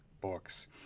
books